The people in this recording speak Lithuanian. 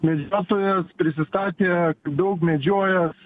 medžiotojas prisistatė daug medžiojęs